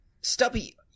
Stubby